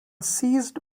seized